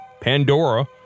Pandora